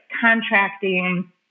contracting